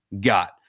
got